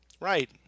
Right